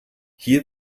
hier